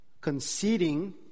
conceding